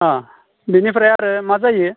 बिनिफ्राय आरो मा जायो